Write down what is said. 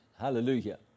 Hallelujah